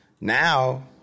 now